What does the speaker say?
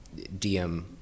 DM